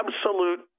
absolute